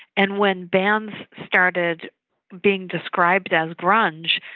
and when bands started being described as grunge,